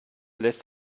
lässt